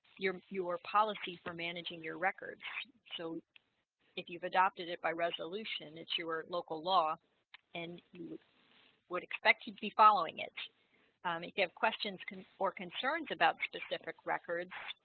your pure policy for managing your records so if you've adopted it by resolution it's your local law and you would expect you to be following it if you have questions can for concerns about specific records